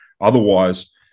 otherwise